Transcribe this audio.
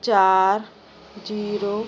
ਚਾਰ ਜੀਰੋ